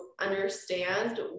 understand